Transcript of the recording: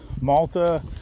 Malta